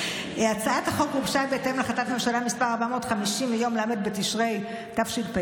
הצעת החוק גובשה בהתאם להחלטת ממשלה מס' 450 מיום ל' בתשרי תשפ"א,